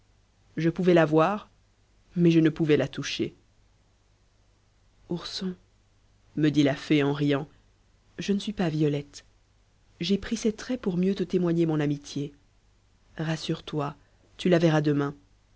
je pouvais la voir mais je ne pouvais la toucher ourson me dit la fée en riant je ne suis pas violette j'ai pris ses traits pour mieux te témoigner mon amitié rassure-toi tu la verras demain